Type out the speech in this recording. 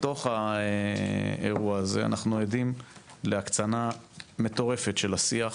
בתוך האירוע הזה אנחנו עדים להקצנה מטורפת של השיח